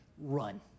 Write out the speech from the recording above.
Run